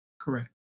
Correct